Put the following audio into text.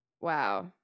Wow